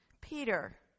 Peter